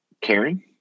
caring